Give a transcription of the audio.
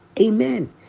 Amen